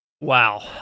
Wow